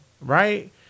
right